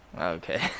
Okay